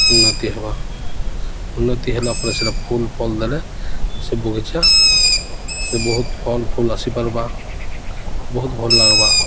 ଉନ୍ନତି ହେବା ଉନ୍ନତି ହେଲା ପରେ ସେଟା ଫୁଲ୍ଫଲ୍ ଦେଲେ ସେ ବଗିଚା ବହୁତ ଫଲ୍ଫୁଲ୍ ଆସିପାର୍ବା ବହୁତ ଭଲ୍ ଲାଗ୍ବା